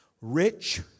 Rich